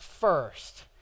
first